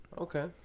okay